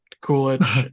Coolidge